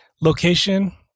Location